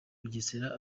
bugesera